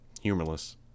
humorless